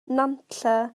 nantlle